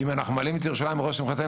ואם אנחנו מעלים את ירושלים על ראש שמחתנו